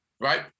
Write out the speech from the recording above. right